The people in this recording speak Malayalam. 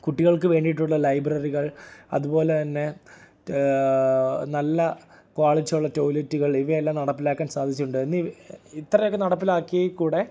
കുട്ടികൾക്ക് വേണ്ടിയിട്ടുള്ള ലൈബ്രറികൾ അതുപോലെ തന്നെ നല്ല ക്വാളിറ്റിയുള്ള ടോയിലറ്റുകൾ ഇവയെല്ലാം നടപ്പിലാക്കാൻ സാധിച്ചിട്ടുണ്ട് എന്നീ ഇത്രയെക്കെ നടപ്പിലാക്കിക്കൂടെ